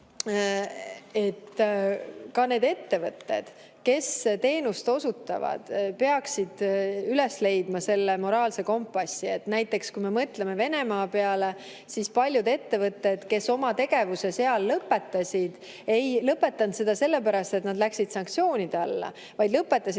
et ka need ettevõtted, kes teenust osutavad, peaksid üles leidma moraalse kompassi. Näiteks kui me mõtleme Venemaa peale, siis paljud ettevõtted, kes oma tegevuse seal lõpetasid, ei lõpetanud seda sellepärast, et nende tegevus läks sanktsioonide alla, vaid lõpetasid